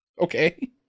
Okay